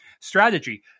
strategy